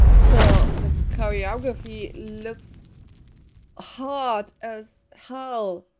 so the choreography looks hard as hell!